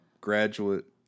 graduate